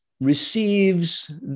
receives